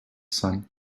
sun